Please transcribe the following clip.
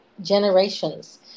generations